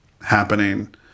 happening